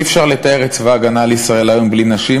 אי-אפשר לתאר את צבא הגנה לישראל היום בלי נשים,